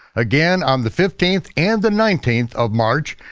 again on the fifteenth and the nineteenth of march,